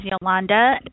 Yolanda